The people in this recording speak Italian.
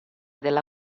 della